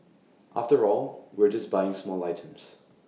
after all we're just buying small items